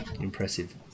Impressive